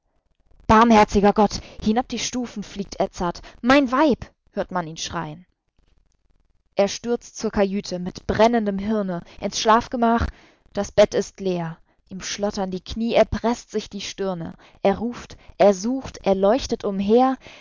barmherziger gott hinab die stufen fliegt edzard mein weib hört man ihn schrei'n er stürzt zur kajüte mit brennendem hirne ins schlafgemach das bett ist leer ihm schlottern die knie er preßt sich die stirne er ruft er sucht er leuchtet umher